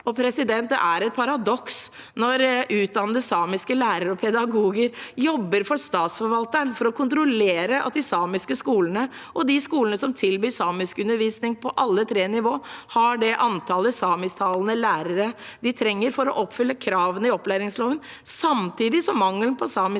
hovedfokus. Det er et paradoks når utdannede samiske lærere og pedagoger jobber for Statsforvalteren for å kontrollere at de samiske skolene og de skolene som tilbyr samiskundervisning på alle tre nivåer, har det antallet samisktalende lærere de trenger for å oppfylle kravene i opplæringsloven, samtidig som mangelen på samiske lærere og